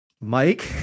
Mike